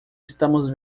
estamos